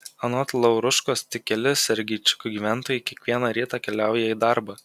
anot lauruškos tik keli sergeičikų gyventojai kiekvieną rytą keliauja į darbą